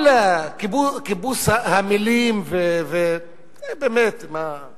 כל כיבוס המלים, באמת, מה.